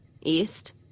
East